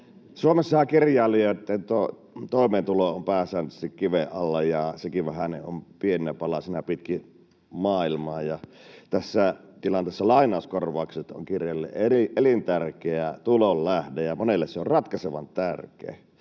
Suomessahan kirjailijoitten toimeentulo on pääsääntöisesti kiven alla ja sekin vähäinen on pieninä palasina pitkin maailmaa. Tässä tilanteessa lainauskorvaukset ovat kirjailijalle elintärkeä tulonlähde, monelle ratkaisevan tärkeä.